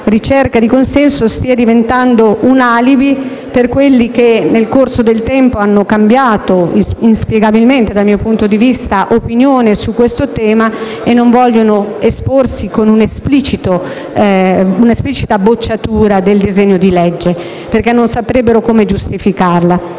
ricerca stia diventando un alibi per quelli che, nel corso del tempo, hanno cambiato opinione sul tema, dal mio punto di vista inspiegabilmente, e non vogliono esporsi con un'esplicita bocciatura del disegno di legge perché non saprebbero come giustificarla.